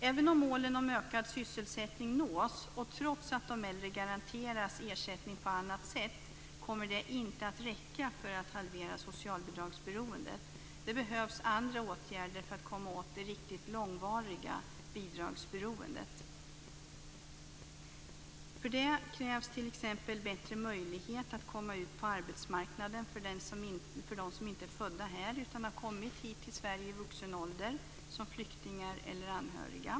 Även om målen om ökad sysselsättning nås och trots att de äldre garanteras ersättning på annat sätt, kommer det inte att räcka för att halvera socialbidragsberoendet. Det behövs andra åtgärder för att komma åt det riktigt långvariga bidragsberoendet. För det krävs t.ex. bättre möjlighet att komma ut på arbetsmarknaden för dem som inte är födda här utan kommit till Sverige i vuxen ålder som flyktingar eller anhöriga.